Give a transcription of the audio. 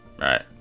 Right